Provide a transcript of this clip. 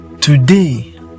today